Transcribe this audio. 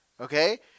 Okay